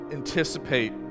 anticipate